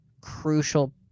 crucial